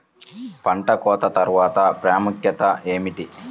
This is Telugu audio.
పంట కోత తర్వాత ప్రాముఖ్యత ఏమిటీ?